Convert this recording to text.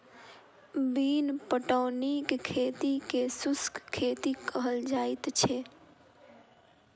बिन पटौनीक खेती के शुष्क खेती कहल जाइत छै